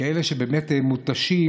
כאלה שבאמת מותשים,